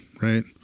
right